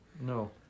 No